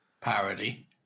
parody